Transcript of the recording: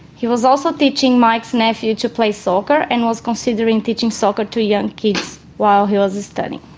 he was also teaching mike's nephew to play soccer and was considering teaching soccer to young kids while he was studying.